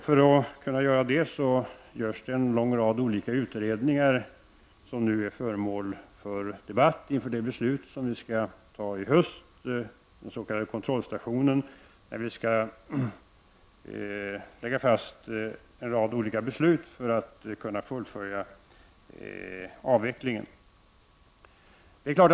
För att kunna göra det görs det en lång rad olika utredningar som nu är föremål för debatt inför de beslut som vi skall fatta i höst om den s.k. kontrollstationen, där vi skall lägga fast en rad olika beslut för att kunna fullfölja avvecklingen av kärnkraften.